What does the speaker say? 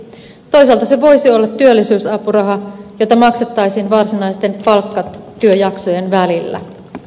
toisaalta se voisi olla työllisyysapuraha jota maksettaisiin varsinaisten palkkatyöjaksojen välillä